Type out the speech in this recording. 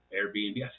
Airbnb